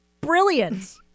brilliant